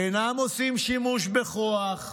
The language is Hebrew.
אינם עושים שימוש בכוח,